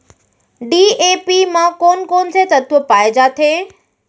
DAP म कोन कोन से तत्व पाए जाथे?